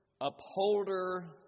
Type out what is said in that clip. upholder